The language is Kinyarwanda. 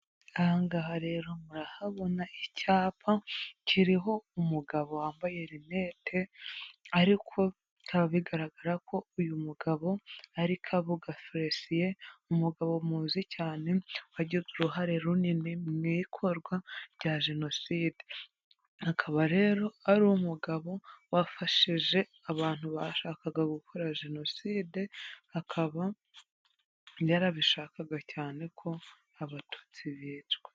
Aha ngaha rero murahabona icyapa kiriho umugabo wambaye rinete, ariko bikaba bigaragara ko uyu mugabo ari Kabuga Fecien, umugabo muzi cyane wagize uruhare runini mu ikorwa rya jenoside, akaba rero ari umugabo wafashije abantu bashakaga gukora jenoside, akaba yarabishakaga cyane ko abatutsi bicwa.